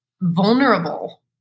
vulnerable